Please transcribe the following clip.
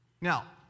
Now